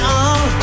on